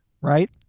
right